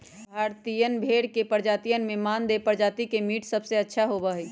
भारतीयन भेड़ के प्रजातियन में मानदेय प्रजाति के मीट सबसे अच्छा होबा हई